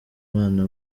umwana